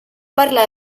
parlar